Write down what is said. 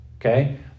okay